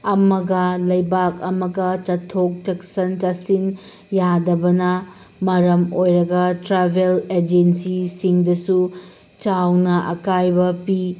ꯑꯃꯒ ꯂꯩꯕꯥꯛ ꯑꯃꯒ ꯆꯠꯊꯣꯛ ꯆꯠꯁꯤꯟ ꯌꯥꯗꯕꯅ ꯃꯔꯝ ꯑꯣꯏꯔꯒ ꯇ꯭ꯔꯥꯚꯦꯜ ꯑꯦꯖꯦꯟꯁꯤꯁꯤꯡꯗꯁꯨ ꯆꯥꯎꯅ ꯑꯀꯥꯏꯕ ꯄꯤ